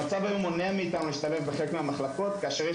המצב היום מונע מאתנו להשתלב בחלק מהמחלקות כשיש